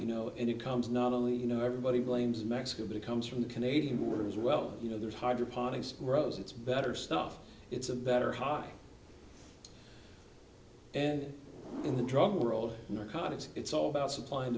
you know and it comes not only you know everybody blames mexico but it comes from the canadian border as well you know there's hydroponics grows it's better stuff it's a better high and in the drug world narcotics it's all about supply and